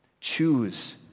Choose